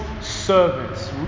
servants